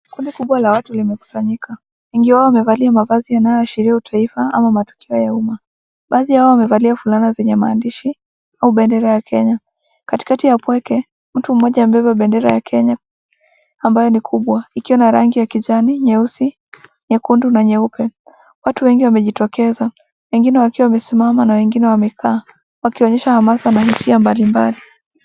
Kundi kubwa la watu limekusanyika ,wengi wao wamevalia mavazi yanayoashiria utaifa ama matukio ya uma ,baadhi yao wamevalia fulana zenye maandishi au bendera ya Kenya. Katikati ya upweke mtu mmoja amebeba bendera ya Kenya ambayo ni kubwa ikiwa na rangi ya kijani, nyeusi , nyekundu na nyeupe , watu wengi wamejitokeza , wengine wakiwa wamesimama na wengine wamekaa wakionyesha amasa na hisia mbali mbali.